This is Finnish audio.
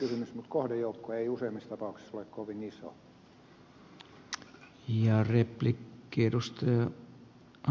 mutta kohdejoukko ei useimmissa tapauksissa ole kovin iso